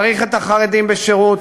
צריך את החרדים בשירות,